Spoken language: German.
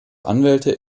anwälte